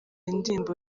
indirimbo